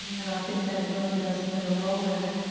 and i think that really does play a role in it,